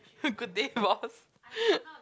good day boss